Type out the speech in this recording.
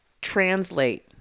translate